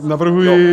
Navrhuji...